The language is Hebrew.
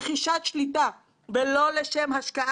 חשוב לזכור שאחד הנושאים הקריטיים